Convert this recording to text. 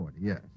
yes